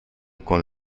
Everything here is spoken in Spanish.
con